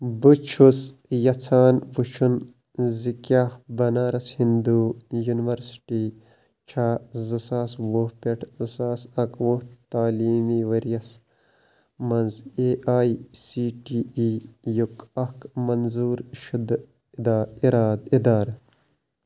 بہٕ چھُس یَژھان وُچھُن زِ کیٛاہ بَنارس ہِنٛدوٗ یونِیورسِٹی چھا زٕ ساس وُہ پٮ۪ٹھ زٕ ساس اَکوُہ تعلیٖمی ؤرۍ یَس مَنٛز اےٚ آٮٔۍ سی ٹی اِی یُک اکھ منظوٗر شُدٕ اِدارٕ اِرادٕ اِدارٕ